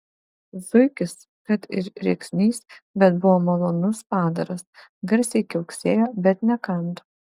zuikis kad ir rėksnys bet buvo malonus padaras garsiai kiauksėjo bet nekando